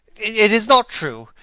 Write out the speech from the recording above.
it is not true!